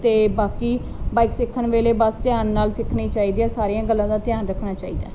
ਤੇ ਬਾਕੀ ਬਾਈਕ ਸਿੱਖਣ ਵੇਲੇ ਬਸ ਧਿਆਨ ਨਾਲ ਸਿੱਖਣੀ ਚਾਹੀਦੀ ਆ ਸਾਰੀਆਂ ਗੱਲਾਂ ਦਾ ਧਿਆਨ ਰੱਖਣਾ ਚਾਹੀਦਾ